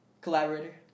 Collaborator